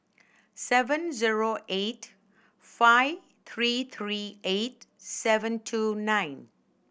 seven zero eight five three three eight seven two nine